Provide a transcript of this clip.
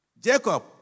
Jacob